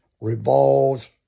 revolves